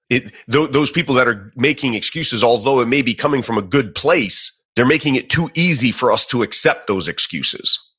those those people that are making excuses, although it may be coming from a good place, they're making it too easy for us to accept those excuses.